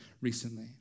recently